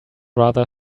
rather